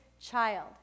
child